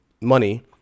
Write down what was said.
money